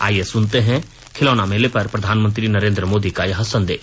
आइये सुनते हैं खिलौना मेला पर प्रधानमंत्री नरेन्द्र मोदी का यह संदेश